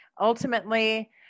ultimately